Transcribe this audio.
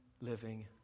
living